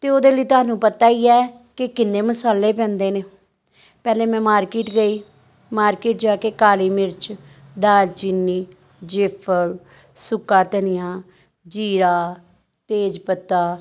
ਅਤੇ ਉਹਦੇ ਲਈ ਤੁਹਾਨੂੰ ਪਤਾ ਹੀ ਹੈ ਕਿ ਕਿੰਨੇ ਮਸਾਲੇ ਪੈਂਦੇ ਨੇ ਪਹਿਲਾਂ ਮੈਂ ਮਾਰਕਿਟ ਗਈ ਮਾਰਕਿਟ ਜਾ ਕੇ ਕਾਲੀ ਮਿਰਚ ਦਾਲਚੀਨੀ ਜੈਫਲ ਸੁੱਕਾ ਧਨੀਆ ਜ਼ੀਰਾ ਤੇਜ ਪੱਤਾ